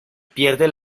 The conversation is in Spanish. pierde